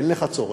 אין לך צורך.